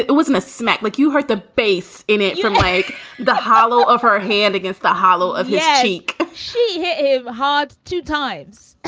it it wasn't a smack. like you heard the bass in it from like the hollow of her hand against the hollow of yeah headache she hit it hard two times.